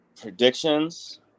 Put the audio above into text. Predictions